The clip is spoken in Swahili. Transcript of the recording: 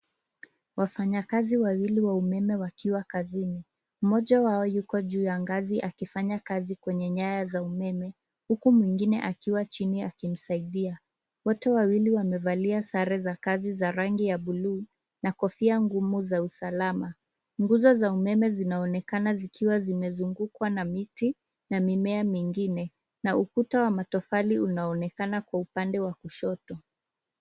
Wafanyakazi wawili wa umeme wakiwa kazini. Mmoja wao yuko juu ya ngazi akifanya kazi kwenye nyaya za umeme, huku mwingine akiwa chini akimsaidia. Wote wawili wamevalia sare za kazi za rangi ya bluu, na kofia ngumu za usalama. Nguzo za umeme zinaonekana zikiwa zimezungukwa na miti, na mimea mingine. Na ukuta wa matofali unaonekana kwa upande wa kushoto.